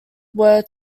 were